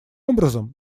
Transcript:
образом